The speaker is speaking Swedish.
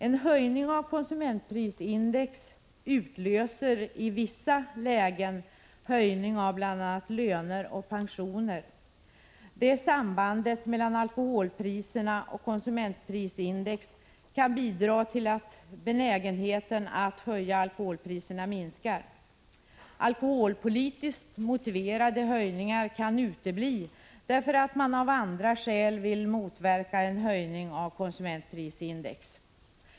En uppräkning av konsumentprisindex utlöser i vissa lägen höjningar av bl.a. löner och pensioner. Detta samband mellan alkoholpriserna och konsumentprisindex kan bidra till att minska benägenheten att höja alkoholpriserna, eftersom alkoholpolitiskt motiverade höjningar kan utebli därför att man av andra skäl vill motverka en höjning av konsumentprisindex.